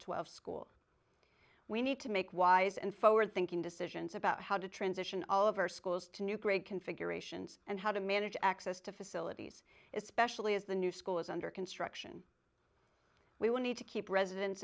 dollars school we need to make wise and forward thinking decisions about how to transition all of our schools to new grade configurations and how to manage access to facilities especially as the new school is under construction we will need to keep residents